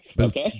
okay